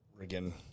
again